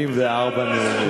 384 נאומים.